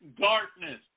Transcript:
darkness